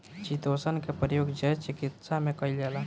chitosan के प्रयोग जैव चिकित्सा में कईल जाला